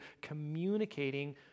communicating